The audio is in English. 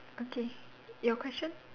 okay your question